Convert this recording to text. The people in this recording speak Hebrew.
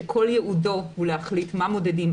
שכל ייעודו הוא להחליט מה מודדים,